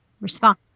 Respond